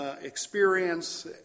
Experience